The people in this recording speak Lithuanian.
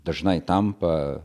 dažnai tampa